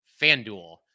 FanDuel